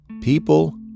people